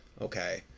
okay